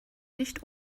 nicht